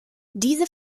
diese